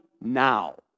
now